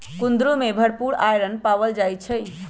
कुंदरू में भरपूर आईरन पाएल जाई छई